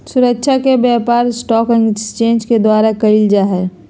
सुरक्षा के व्यापार स्टाक एक्सचेंज के द्वारा क़इल जा हइ